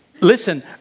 Listen